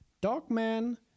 Dogman